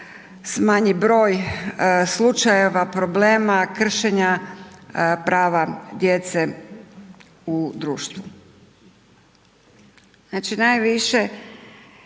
smanji broj slučajeva, problema, kršenja prava djece u društvu.